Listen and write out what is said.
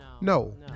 No